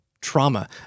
Trauma